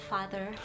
Father